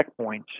checkpoints